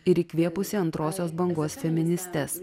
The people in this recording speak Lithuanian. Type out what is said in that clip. ir įkvėpusi antrosios bangos feministes